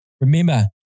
Remember